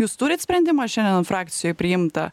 jūs turit sprendimą šiandien frakcijoj priimtą